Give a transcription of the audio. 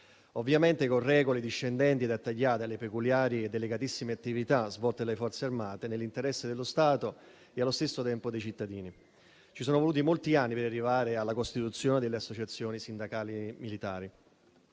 ovviamente con regole discendenti e attagliate alle peculiari e delicatissime attività svolte dalle Forze armate nell'interesse dello Stato e allo stesso tempo dei cittadini. Ci sono voluti molti anni per arrivare alla costituzione delle associazioni sindacali militari.